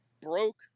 broke